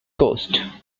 coast